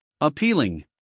appealing